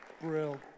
Brill